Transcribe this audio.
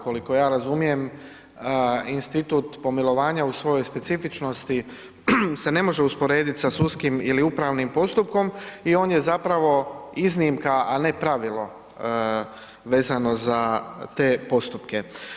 Koliko ja razumijem institut pomilovanja u svojoj specifičnosti se ne može usporediti sa sudskim ili upravnim postupkom i on je zapravo iznimka, a ne pravilo vezano za te postupke.